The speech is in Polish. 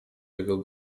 jego